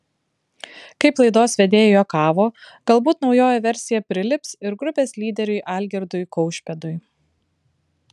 kaip laidos vedėjai juokavo galbūt naujoji versija prilips ir grupės lyderiui algirdui kaušpėdui